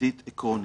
חוקתית עקרונית.